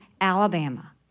Alabama